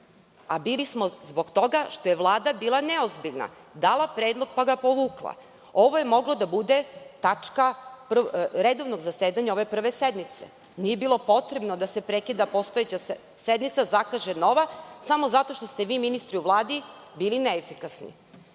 Bili smo zbog toga što je Vlada bila neozbiljna, dala predlog pa ga povukla. Ovo je mogla da bude tačka Redovnog zasedanja prve sednice. Nije bilo potrebno da se prekida postojeća sednica i zakaže nova samo zato što ste vi ministri u Vladi bili neefikasni. Gospodine